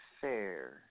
fair